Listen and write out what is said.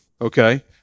okay